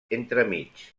entremig